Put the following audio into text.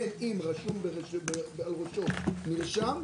באם רשום בראשו: "מרשם",